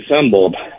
assembled